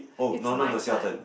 it's my turn